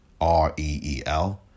R-E-E-L